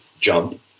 jump